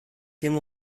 dim